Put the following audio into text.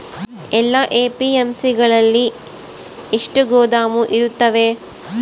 ಎಲ್ಲಾ ಎ.ಪಿ.ಎಮ್.ಸಿ ಗಳಲ್ಲಿ ಎಷ್ಟು ಗೋದಾಮು ಇರುತ್ತವೆ?